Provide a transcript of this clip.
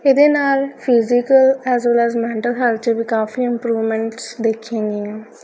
ਇਹਦੇ ਨਾਲ physical as well as mental health ਵੀ ਕਾਫੀ ਇੰਪਰੂਵਮੈਂਟਸ ਦੇਖੀਆਂ ਗਈਆਂ